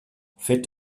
fet